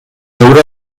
haurà